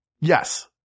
Yes